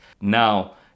now